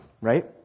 right